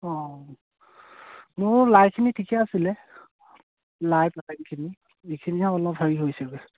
অঁ মোৰ লাইখিনি ঠিকে আছিলে লাই পালেংখিনি এইখিনিহে অলপ হেৰি হৈছেগৈ